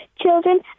children